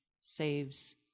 saves